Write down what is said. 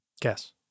Guess